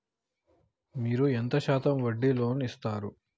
మీరు ఎంత శాతం వడ్డీ లోన్ ఇత్తరు?